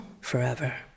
forever